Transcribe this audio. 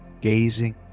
gazing